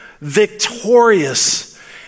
victorious